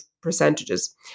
percentages